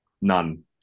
None